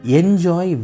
enjoy